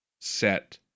set